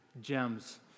gems